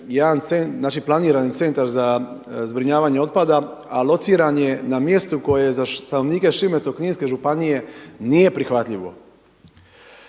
planirani centar za zbrinjavanje otpada, a lociran je na mjestu koje za stanovnike Šibensko-kninske županije nije prihvatljivo.